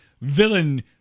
villain